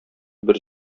бер